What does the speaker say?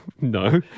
No